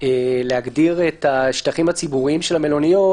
להגדיר את השטחים הציבוריים של המלוניות